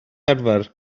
arfer